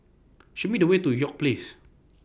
Show Me The Way to York Place